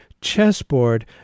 chessboard